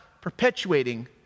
perpetuating